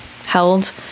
held